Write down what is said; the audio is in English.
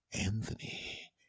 Anthony